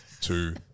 two